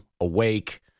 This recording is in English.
awake